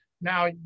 Now